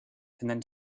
then